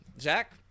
Zach